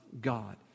God